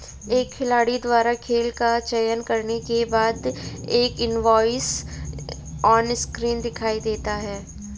एक खिलाड़ी द्वारा खेल का चयन करने के बाद, एक इनवॉइस ऑनस्क्रीन दिखाई देता है